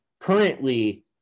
currently